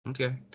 okay